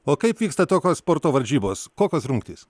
o kaip vyksta tokios sporto varžybos kokios rungtys